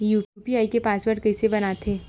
UPI के password कइसे बनाथे?